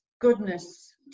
goodness